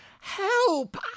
help